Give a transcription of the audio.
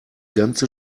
ganze